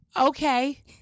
Okay